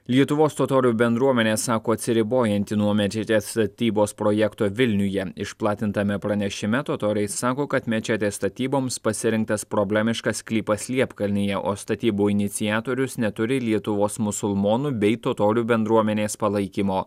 lietuvos totorių bendruomenė sako atsiribojanti nuo mečetės statybos projekto vilniuje išplatintame pranešime totoriai sako kad mečetės statyboms pasirinktas problemiškas sklypas liepkalnyje o statybų iniciatorius neturi lietuvos musulmonų bei totorių bendruomenės palaikymo